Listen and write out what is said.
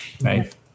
Right